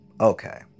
Okay